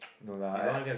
no lah at